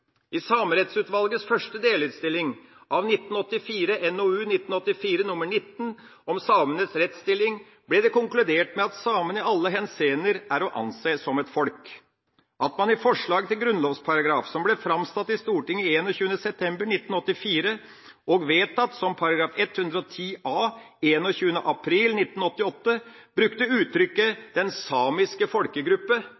I Samerettsutvalgets første delinnstilling av 1984, NOU 1984: 18 Om samenes rettsstilling, ble det konkludert med at samene i alle henseender er å anse som et folk. At man i forslaget til grunnlovsparagraf, som ble framsatt i Stortinget 21. september 1984 og vedtatt som § 110 a 21. april 1988, brukte